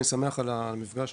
אני שמח על המפגש,